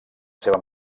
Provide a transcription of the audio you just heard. seva